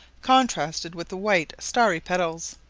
contrasted with the white starry petals.